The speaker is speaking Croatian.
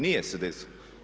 Nije se desilo.